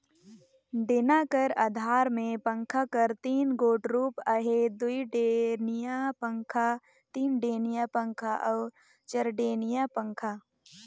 डेना कर अधार मे पंखा कर तीन गोट रूप अहे दुईडेनिया पखा, तीनडेनिया पखा अउ चरडेनिया पखा